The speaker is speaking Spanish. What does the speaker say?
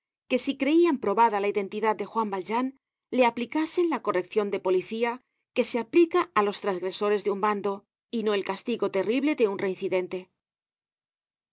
que si creian probada la identidad de juan valjean le aplicasen la correccion de policía que se aplica á los trasgresores de un bando y no e castigo terrible de un reincidente